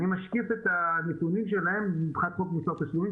אני משקיף את הנתונים שלהם מבחינת חוק מוסר התשלומים,